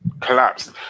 collapsed